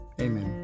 Amen